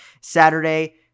Saturday